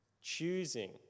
Choosing